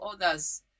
others